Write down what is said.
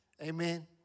Amen